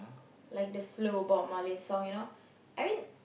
like the slow Bob-Marley song you know I mean